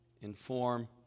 inform